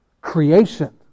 creation